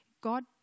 God